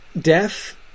death